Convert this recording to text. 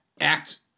act